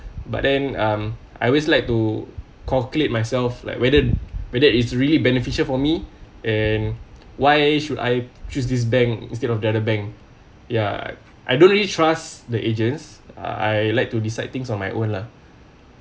but then um I always like to calculate myself like whether whether it's really beneficial for me and why should I choose this bank instead of the other bank ya I don't really trust the agents uh I like to decide things on my own lah